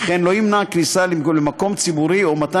ולא ימנע כניסה למקום ציבורי או מתן